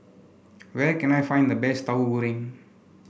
where can I find the best Tahu Goreng